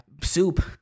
soup